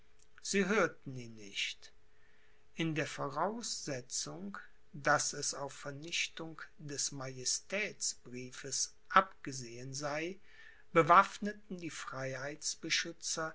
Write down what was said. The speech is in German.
sie hörten ihn nicht in der voraussetzung daß es auf vernichtung des majestätsbriefes abgesehen sei bewaffneten die